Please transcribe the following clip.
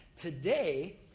Today